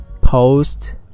post